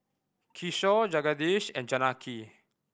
Kishore Jagadish and Janaki